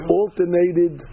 alternated